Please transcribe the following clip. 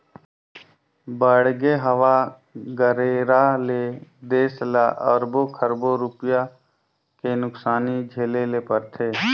बाड़गे, हवा गरेरा ले देस ल अरबो खरबो रूपिया के नुकसानी झेले ले परथे